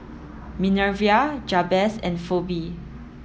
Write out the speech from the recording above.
Minervia Jabez and Pheobe